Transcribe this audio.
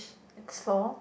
it's for